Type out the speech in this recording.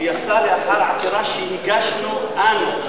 שיצא לאחר עתירה שהגשנו אנו.